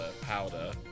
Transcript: powder